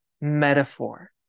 metaphor